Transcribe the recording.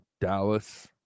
Dallas